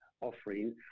offering